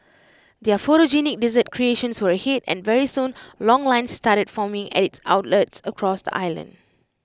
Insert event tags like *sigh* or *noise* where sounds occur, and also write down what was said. their photogenic dessert *noise* creations were A hit and very soon long lines started forming at its outlets across the island